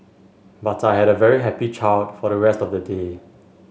but I had a very happy child for the rest of the day